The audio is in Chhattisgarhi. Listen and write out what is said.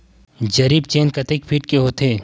जरीब चेन कतेक फीट के होथे?